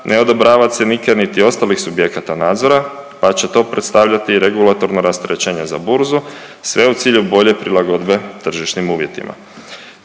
ne odobrava cjenike niti ostalih subjekata nadzora, pa će to predstavljati i regulatorno rasterećenje za burzu sve u cilju bolje prilagodbe tržišnim uvjetima.